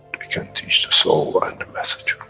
can teach the soul and the message.